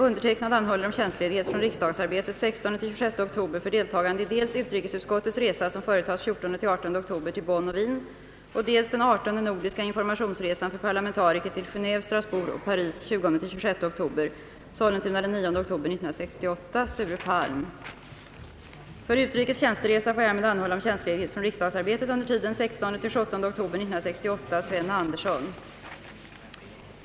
Undertecknad anhåller om tjänstledighet från riksdagsarbetet den 16— den 26 oktober för deltagande i dels utrikesutskottets resa, som företages den 14—den 18 oktober till Bonn och Wien, och dels den 18:e nordiska informationsresan för parlamentariker till Geneve, Strasbourg och Paris den 20—den 26 oktober. För utrikes tjänsteresa får jag härmed anhålla om tjänstledighet från riksdagsarbetet under tiden den 16 och den 17 oktober 1968.